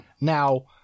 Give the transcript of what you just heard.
Now